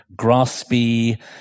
graspy